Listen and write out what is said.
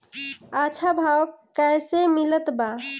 अच्छा भाव कैसे मिलत बा?